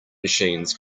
machines